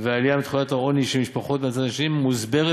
והעלייה בתחולת העוני של משפחות מהצד האחר מוסברת